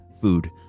food